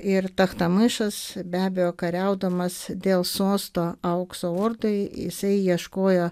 ir tachtamaišas be abejo kariaudamas dėl sosto aukso ordai jisai ieškojo